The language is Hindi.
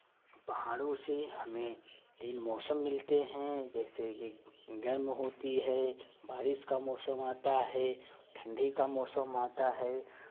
पहाड़ों से हमें तीन मौसम मिलते हैं जैसे कि गर्म होती है बारिश का मौसम आता है ठण्डी का मौसम आता है